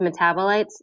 metabolites